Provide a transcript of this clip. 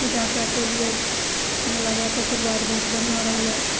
पूजा कएके अयलियै भोला बाबाके आशीर्वाद बहुत बढ़िआँ रहलय